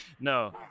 No